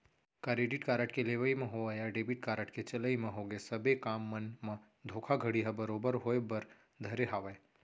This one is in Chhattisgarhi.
करेडिट कारड के लेवई म होवय या डेबिट कारड के चलई म होगे सबे काम मन म धोखाघड़ी ह बरोबर होय बर धरे हावय